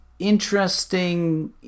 interesting